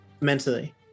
mentally